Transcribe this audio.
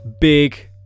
big